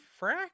frack